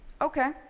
Okay